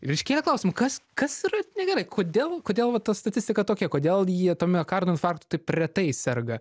ir iškėlė klausimą kas kas yra negerai kodėl kodėl va ta statistika tokia kodėl jie tuo miokardo infarktu taip retai serga